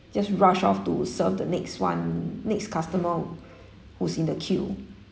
just rushed off to serve the next one next customer who's in the queue